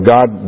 God